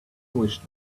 wish